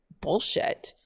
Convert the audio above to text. bullshit